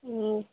ம்